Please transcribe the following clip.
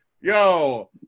Yo